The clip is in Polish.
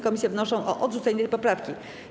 Komisje wnoszą o odrzucenie tej poprawki.